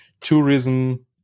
tourism